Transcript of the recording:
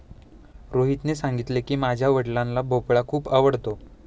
रोहितने सांगितले की, माझ्या वडिलांना भोपळा खूप आवडतो